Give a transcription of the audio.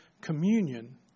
communion